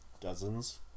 Dozens